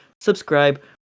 subscribe